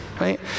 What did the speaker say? Right